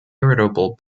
irritable